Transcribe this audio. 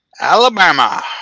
Alabama